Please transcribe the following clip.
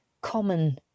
common